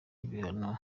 ibihano